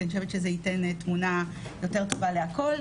כי אני חושבת שזה ייתן תמונה יותר טובה לכול.